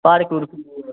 park उर्क भी जेबै